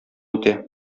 үтә